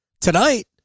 Tonight